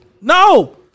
No